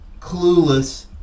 clueless